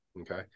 Okay